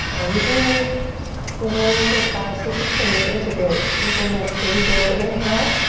everything you've you've learned so far see if you can integrate, implement. here we go, inhale.